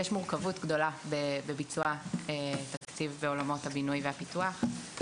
יש מורכבות גדולה בביצוע תקציב בעולמות הבינוי והפיתוח,